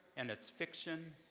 and its fiction,